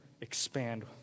expand